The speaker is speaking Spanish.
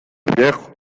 viejo